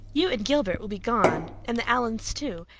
you and gilbert will be gone. and the allans too.